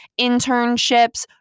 internships